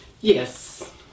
Yes